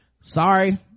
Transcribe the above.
sorry